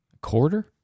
quarter